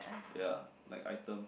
ya like item